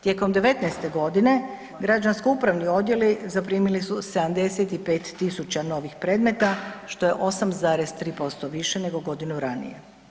Tijekom 2019. g. građansko-upravni odjeli zaprimili su 75 000 novih predmeta što je 8,3% više nego godinu ranije.